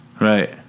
right